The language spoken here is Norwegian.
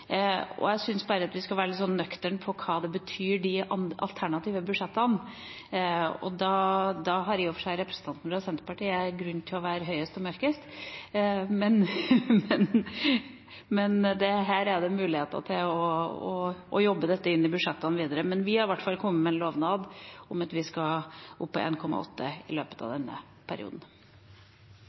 Jeg syns bare vi skal være litt nøkterne om hva de alternative budsjettene betyr. Da har i og for seg representanten fra Senterpartiet grunn til å være høyest og mørkest, men dette er det muligheter til å jobbe inn i budsjettene videre. Vi har i hvert fall kommet med en lovnad om at vi skal opp på 1,8 mrd. kr i løpet av denne perioden.